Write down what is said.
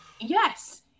Yes